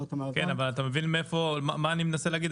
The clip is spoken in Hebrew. כן, אבל אתה מבין מאיפה, מה אני מנסה להגיד?